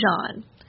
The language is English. John